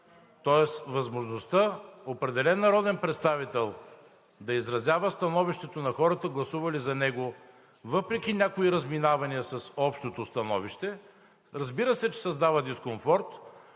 Тоест възможността определен народен представител да изразява становището на хората, гласували за него, въпреки някои разминавания с общото становище, разбира се, че създава дискомфорт,